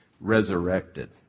resurrected